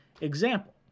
Example